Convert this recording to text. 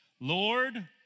Lord